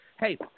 Hey